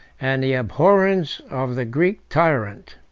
and the abhorrence of the greek tyrant.